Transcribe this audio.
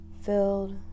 Filled